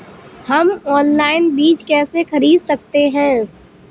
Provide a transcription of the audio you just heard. हम ऑनलाइन बीज कैसे खरीद सकते हैं?